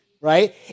right